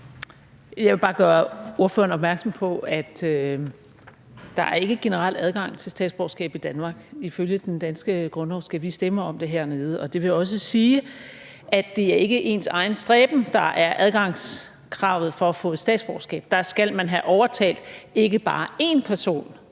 Jeg vil bare gøre ordføreren opmærksom på, at der ikke er generel adgang til statsborgerskab i Danmark. Ifølge den danske grundlov skal vi stemme om det her. Det vil også sige, at det ikke er ens egen stræben, der opfylder adgangskravet til at få statsborgerskab. Der skal man have overtalt ikke bare én person,